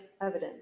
evidence